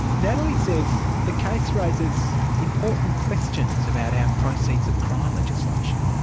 natalie says the case raises important questions about our proceeds of crime legislation.